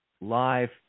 live